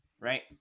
right